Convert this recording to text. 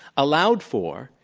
allowed for,